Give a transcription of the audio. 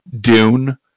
Dune